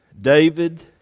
David